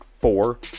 four